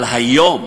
אבל היום,